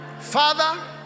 Father